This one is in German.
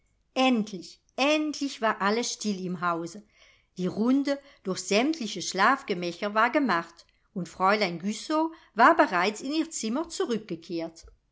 endlich endlich war alles still im hause die runde durch sämtliche schlafgemächer war gemacht und fräulein güssow war bereits in ihr zimmer zurückgekehrt